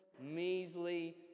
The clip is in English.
measly